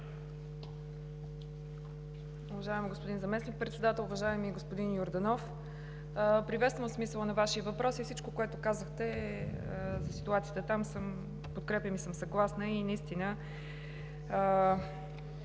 Уважаеми господин Председател! Уважаеми господин Йорданов, приветствам смисъла на Вашия въпрос и всичко, което казахте за ситуацията там, подкрепям го и съм съгласна. Винаги